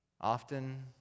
Often